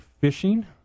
fishing